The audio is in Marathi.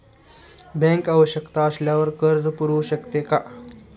बँक आवश्यकता असल्यावर कर्ज पुरवू शकते का?